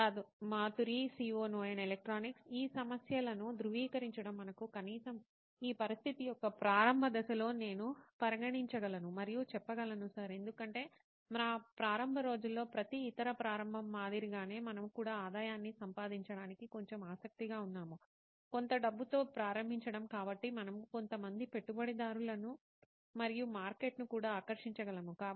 Siddharth Maturi CEO నోయిన్ electronics ఈ సమస్యలను ధృవీకరించడం మకు కనీసం ఈ పరిస్థితి యొక్క ప్రారంభ దశలో నేను పరిగణించగలను మరియు చెప్పగలను సర్ ఎందుకంటే మా ప్రారంభ రోజుల్లో ప్రతి ఇతర ప్రారంభ మాదిరిగానే మనము కూడా ఆదాయాన్ని సంపాదించడానికి కొంచెం ఆసక్తిగా ఉన్నాము కొంత డబ్బుతో ప్రారంభించడం కాబట్టి మనము కొంతమంది పెట్టుబడిదారులను మరియు మార్కెట్ను కూడా ఆకర్షించగలము